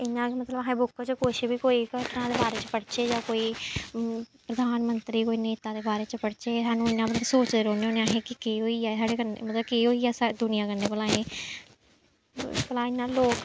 इ'यां गै मतलब अस बुक च कुछ कोई बी घटना दे बारे च पढ़चै जां कोई प्रधानमंत्री कोई नेता दे बारे च पढ़चै सानूं इ'यां मतलब कि सोचदे रौह्न्ने होन्नें अस कि केह् होई गेआ एह् साढ़े कन्नै मतलब केह् होई गेआ स दुनिया कन्नै भला एह् भला इ'यां लोक